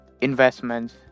investments